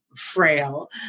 frail